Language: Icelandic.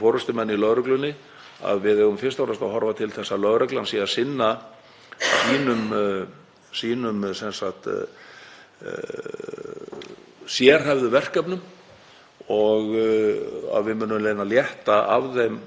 sérhæfðu verkefnum og að við munum reyna að létta af þeim öðrum störfum sem geta verið unnin annars staðar. Við erum sérstaklega að horfa til sýslumannsembættanna í þeim efnum.